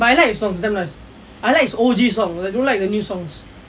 I like his songs damn nice I like his O_G songs I don't like his new songs